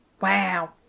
Wow